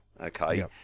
okay